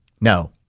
No